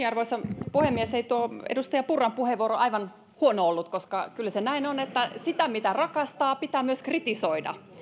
arvoisa puhemies ei tuo edustaja purran puheenvuoro aivan huono ollut koska kyllä se näin on että sitä mitä rakastaa pitää myös kritisoida